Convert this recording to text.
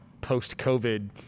post-COVID